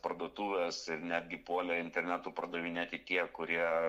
parduotuvės ir netgi puolė internetu pardavinėti tie kurie